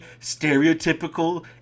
stereotypical